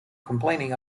complaining